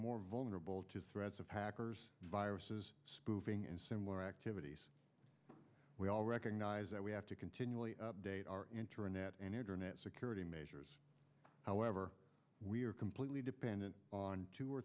more vulnerable to threats of hackers viruses spoofing and similar activities we all recognize that we have to continually update our internet and internet security measures however we are completely dependent on two or